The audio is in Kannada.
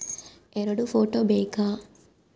ಎರಡು ಫೋಟೋ ಬೇಕಾ?